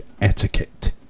etiquette